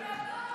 לא מכספי הציבור,